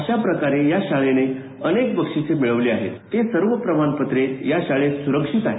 अशा प्रकारे या शाळेने अनेक बक्षिसे मिळविली आहेत ते सर्व प्रमाणपत्रे या शाळेत सुरक्षित आहेत